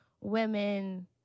women